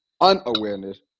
unawareness